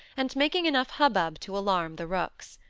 and making enough hubbub to alarm the rooks.